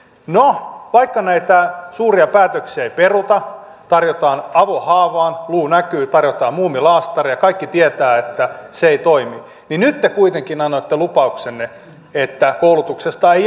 no vaikka näitä suuria päätöksiä ei peruta tarjotaan avohaavaan luu näkyy muumi laastaria ja kaikki tietävät että se ei toimi niin nyt te kuitenkin annoitte lupauksenne että koulutuksesta ei enää leikata